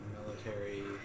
military